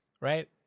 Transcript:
right